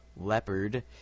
Leopard